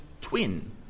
twin